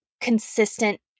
consistent